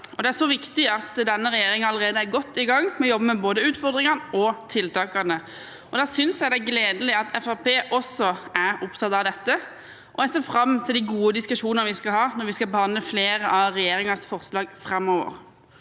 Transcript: det er så viktig at denne regjeringen allerede er godt i gang med å jobbe med både utfordringene og tiltakene. Da synes jeg det er gledelig at Fremskrittspartiet også er opptatt av dette, og jeg ser fram til de gode diskusjonene vi skal ha når vi skal behandle flere av regjeringens forslag framover.